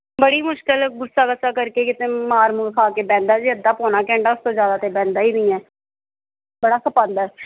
ਬੜੀ ਮੁਸ਼ਕਲ ਗੁੱਸਾ ਗਾਸਾ ਕਰ ਕੇ ਕਿਤੇ ਮਾਰ ਮੂਰ ਖਾ ਕੇ ਬਹਿੰਦਾ ਜੀ ਅੱਧਾ ਪੌਣਾ ਘੰਟਾ ਉਸ ਤੋਂ ਜ਼ਿਆਦਾ ਤਾਂ ਬਹਿੰਦਾ ਹੀ ਨਹੀਂ ਹੈ ਬੜਾ ਖਪਾਉਂਦਾ